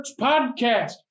podcast